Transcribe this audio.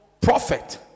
prophet